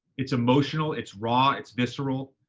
it's emotional. it's raw. it's visceral.